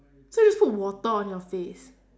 so just put water on your face